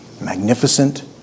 Magnificent